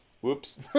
Whoops